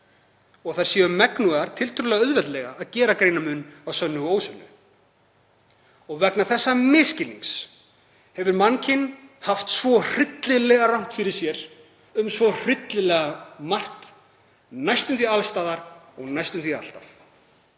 að þær séu þess megnugar tiltölulega auðveldlega að gera greinarmun á sönnu og ósönnu. Og vegna þessa misskilnings hefur mannkyn haft svo hryllilega rangt fyrir sér um svo hryllilega margt, næstum því alls staðar og næstum því alltaf.